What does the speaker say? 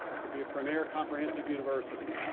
to be a premiere comprehensive university.